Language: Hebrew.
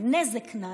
הנזק נעשה.